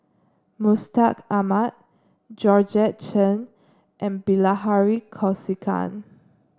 Mustaq Ahmad Georgette Chen and Bilahari Kausikan